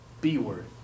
B-word